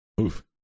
Oof